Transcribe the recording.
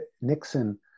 Nixon